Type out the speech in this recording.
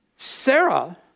Sarah